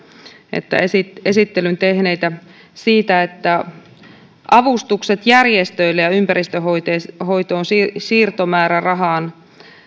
että esittelyn tehneitä siitä että avustuksiin järjestöille ja ympäristönhoitoon siirtomäärärahaan